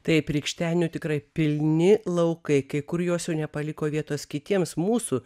taip rykštenių tikrai pilni laukai kai kur jos jau nepaliko vietos kitiems mūsų